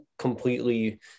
Completely